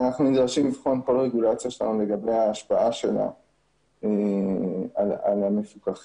אנחנו נדרשים לבחון כל רגולציה שלנו לגבי השפעה שלה על המפוקחים.